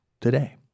today